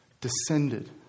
descended